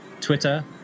twitter